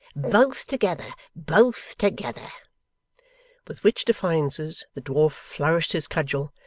both together, both together with which defiances the dwarf flourished his cudgel,